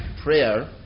prayer